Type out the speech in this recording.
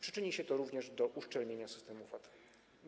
Przyczyni się to również do uszczelnienia systemu VAT.